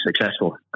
successful